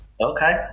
Okay